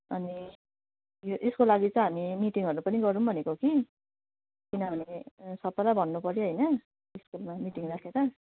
अनि यो यसको लागि चाहिँ हामी मिटिङहरू पनि गरौँ भनेको कि किनभने सबैलाई भन्नुपऱ्यो होइन स्कुलमा मिटिङ राखेर